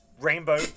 Rainbow